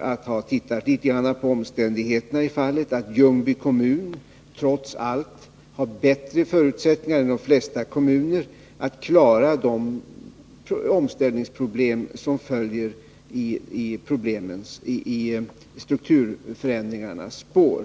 att ha tittat litet på omständigheterna i fallet säga att Ljungby kommun trots allt har bättre förutsättningar än de flesta kommuner att klara de omställningsproblem som följer i strukturförändringarnas spår.